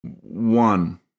One